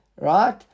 right